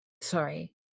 sorry